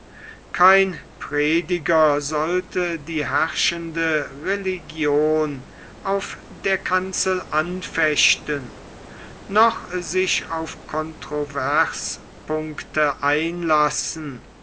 kein prediger sollte die herrschende religion auf der kanzel anfechten noch sich auf controverspunkte einlassen